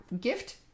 gift